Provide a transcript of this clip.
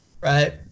right